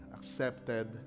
Accepted